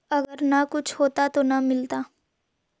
अगर न कुछ होता तो न मिलता?